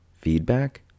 Feedback